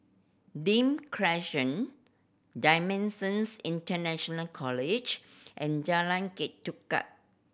Nim Crescent Dimensions International College and Jalan Ketuka